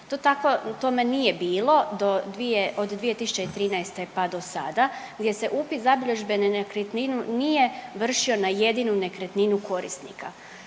tome nije bilo od 2013. pa do sada gdje se upis zabilježbe na nekretninu nije vršio na jedinu nekretninu korisnika.